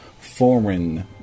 foreign